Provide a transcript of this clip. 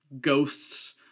ghosts